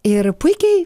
ir puikiai